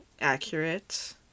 accurate